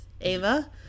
Ava